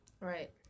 right